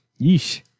yeesh